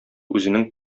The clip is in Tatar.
үзенең